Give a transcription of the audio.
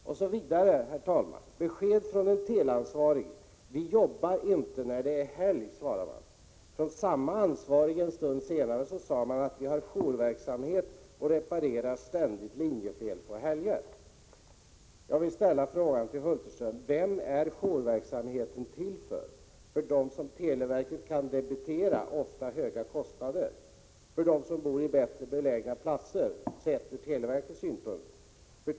Vidare, herr talman, kom besked från en teleansvarig: Vi jobbar inte när det är helg. Samma ansvarige sade en stund senare: Vi har jourverksamhet och reparerar ständigt linjefel under helger. Jag vill ställa frågan till Sven Hulterström: Vem är jourverksamheten till för? För dem som televerket kan debitera ofta höga kostnader och för dem som bor på bättre belägna platser sett från televerkets synpunkt?